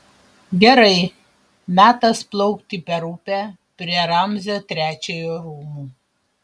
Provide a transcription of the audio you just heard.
gerai metas plaukti per upę prie ramzio trečiojo rūmų